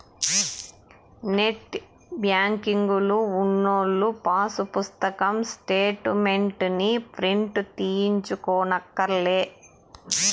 net banking ఉన్నోల్లు pass పుస్తకం స్టేటు మెంట్లుని ప్రింటు తీయించుకోనక్కర్లే